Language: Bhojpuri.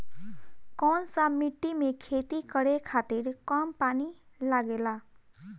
कौन सा मिट्टी में खेती करे खातिर कम पानी लागेला?